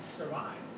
survive